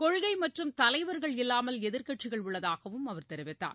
கொள்கை மற்றும் தலைவர்கள் இல்லாமல் எதிர்க்கட்சிகள் உள்ளதாகவும் அவர் தெரிவித்தார்